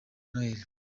noheli